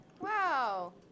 Wow